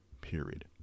Period